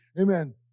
Amen